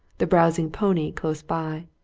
the browsing pony close by,